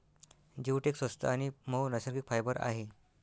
jute एक स्वस्त आणि मऊ नैसर्गिक फायबर आहे